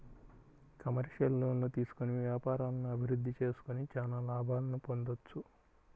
commercial లోన్లు తీసుకొని వ్యాపారాలను అభిరుద్ధి చేసుకొని చానా లాభాలను పొందొచ్చు